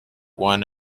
one